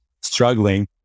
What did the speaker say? struggling